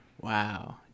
Wow